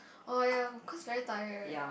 oh ya because very tired right